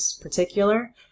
particular